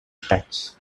touch